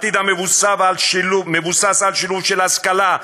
עתיד המבוסס על שילוב של השכלה,